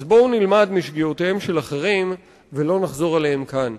אז בואו נלמד משגיאותיהם של אחרים ולא נחזור עליהן כאן.